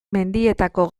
mendietako